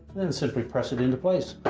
then simply press it into place.